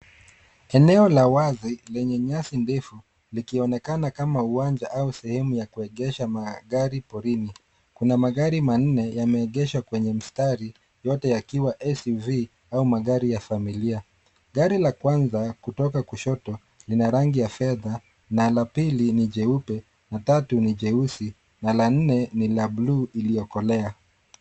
Eneo la wazi lenye nyasi ndefu likionekana kama uwanja au sehemu ya kuegesha magari porini. Kuna magari manne yameegeshwa kwenye mstari yote yakiwa SUV au magari ya familia. Gari la kwanza kutoka kushoto lina rangi ya fedha, na la pili ni jeupe, la tatu ni jeusi na la nne ni la bluu iliyokolea.